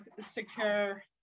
secure